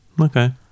Okay